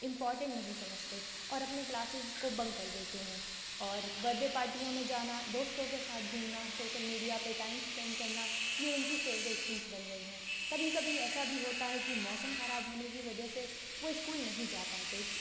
important نہیں سمجھتے اور اپنے کلاسز کو بنک کردیتے ہیں اور برتھ ڈے پارٹیوں میں جانا دوستوں کے ساتھ گھومنا سوشل میڈیا پہ ٹائم اسپینڈ کرنا یہ ان کی فیورٹ تھنگس بن گئی ہیں کبھی کبھی ایسا بھی ہوتا ہے کہ موسم خراب ہونے کی وجہ سے وہ اسکول نہیں جا پاتے